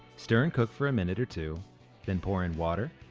stir and cook for a minute or two then pour in water,